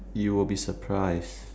you will be surprised